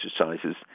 exercises